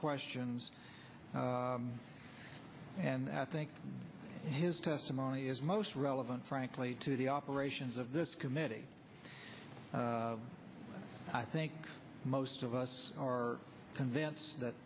questions and i think his testimony is most relevant frankly to the operations of this committee i think most of us are convinced that